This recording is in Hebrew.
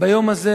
ביום הזה,